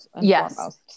yes